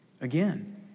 Again